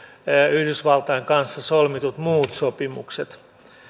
yhdysvaltain kanssa solmitut muut sopimukset